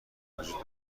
وجود